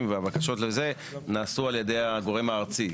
והבקשות לזה נעשו על ידי הגורם הארצי.